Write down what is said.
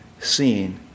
seen